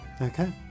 Okay